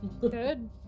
good